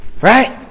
Right